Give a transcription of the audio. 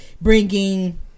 bringing